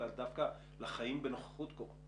אלא דווקא לחיים בנוכחות קורונה.